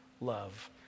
love